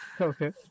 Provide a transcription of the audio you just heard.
Okay